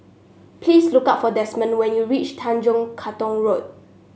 please look up for Desmond when you reach Tanjong Katong Road